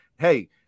hey